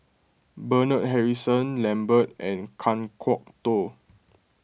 Bernard Harrison Lambert and Kan Kwok Toh